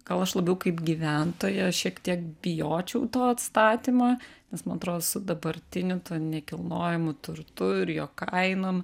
gal aš labiau kaip gyventoja šiek tiek bijočiau to atstatymo nes man atrodo su dabartiniu nekilnojamu turtu ir jo kainom